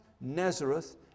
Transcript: Nazareth